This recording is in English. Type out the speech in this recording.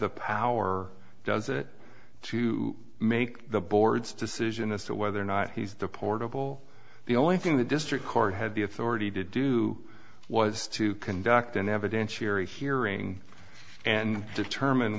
the power or does it to make the board's decision as to whether or not he's the portable the only thing the district court had the authority to do was to conduct an evidentiary hearing and determine